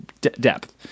depth